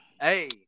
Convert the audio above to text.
Hey